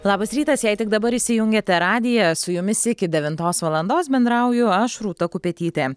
labas rytas jei tik dabar įsijungėte radiją su jumis iki devintos valandos bendrauju aš rūta kupetytė